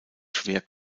schwer